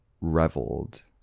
reveled